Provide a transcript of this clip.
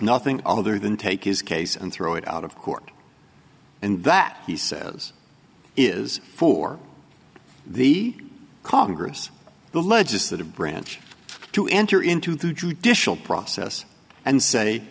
nothing other than take his case and throw it out of court and that he says is for the congress the legislative branch to enter into the judicial process and say